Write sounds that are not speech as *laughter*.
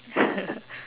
*laughs*